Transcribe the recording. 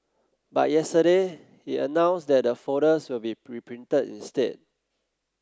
but yesterday it announced that the folders will be reprinted instead